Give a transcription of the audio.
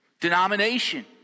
denomination